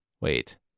Wait